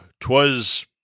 twas